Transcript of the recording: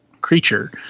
creature